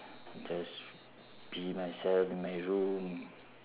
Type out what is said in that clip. just be myself in my room